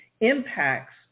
impacts